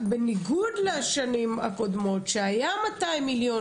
שבניגוד לשנים הקודמות שהיו 200 מיליון